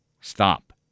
stop